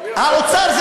האוצר,